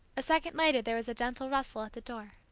a second later there was a gentle rustle at the door.